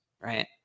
right